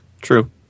true